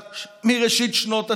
מראשית שנות הציונות,